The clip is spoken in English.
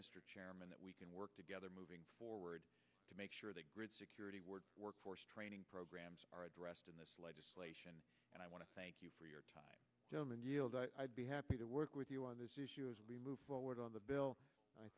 mr chairman that we can work together moving forward to make sure that grid security work workforce training programs are addressed in this legislation and i want to thank you for your time i'd be happy to work with you on this we move forward on the bill i